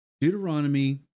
Deuteronomy